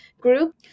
group